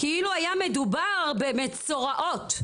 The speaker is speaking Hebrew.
כאילו היה מדובר במצורעות,